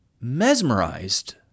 mesmerized